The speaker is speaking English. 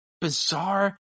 bizarre